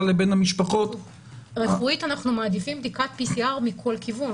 לבין --- רפואית אנחנו מעדיפים בדיקת PCR מכל כיוון,